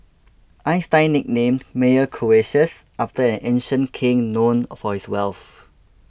Einstein nicknamed Meyer Croesus after an ancient king known for his wealth